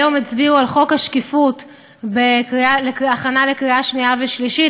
היום הצביעו על חוק השקיפות כהכנה לקריאה שנייה ושלישית.